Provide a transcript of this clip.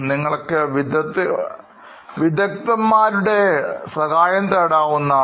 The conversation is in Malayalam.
നിങ്ങൾക്ക് വിദഗ്ധന്മാരുടെ സഹായം തേടാവുന്നതാണ്